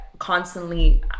constantly